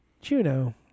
Juno